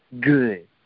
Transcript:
good